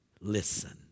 listen